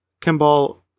kimball